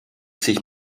sich